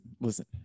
listen